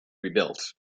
rebuilt